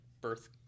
birth